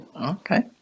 Okay